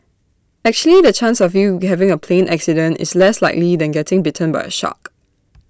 actually the chance of you having A plane accident is less likely than getting bitten by A shark